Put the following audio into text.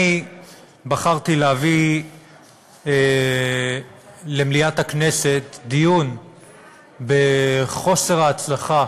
אני בחרתי להביא למליאת הכנסת דיון בחוסר ההצלחה